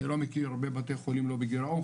אני לא מכיר הרבה בתי חולים לא בגירעון,